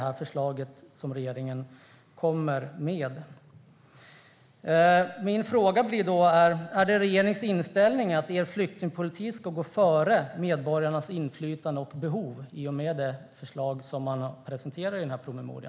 Är det regeringens inställning att er flyktingpolitik ska gå före medborgarnas inflytande och behov i och med det förslag som presenteras i denna promemoria?